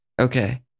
okay